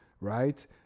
right